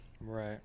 Right